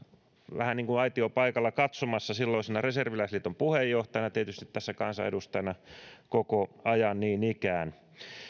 vähän niin kuin aitiopaikalla katsomassa silloisena reserviläisliiton puheenjohtajana ja tietysti kansanedustajana koko ajan niin ikään